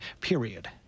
period